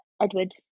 Edward